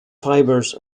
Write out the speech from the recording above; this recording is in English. fibers